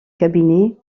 cabinet